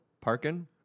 Parking